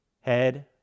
Head